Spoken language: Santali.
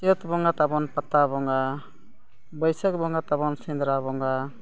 ᱪᱟᱹᱛ ᱵᱚᱸᱜᱟ ᱛᱟᱵᱚᱱ ᱯᱟᱛᱟ ᱵᱚᱸᱜᱟ ᱵᱟᱹᱭᱥᱟᱹᱠᱷ ᱵᱚᱸᱜᱟ ᱛᱟᱵᱚᱱ ᱥᱮᱸᱫᱽᱨᱟ ᱵᱚᱸᱜᱟ